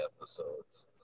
episodes